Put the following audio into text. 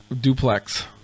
duplex